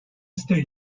state